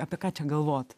apie ką čia galvot